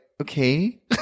Okay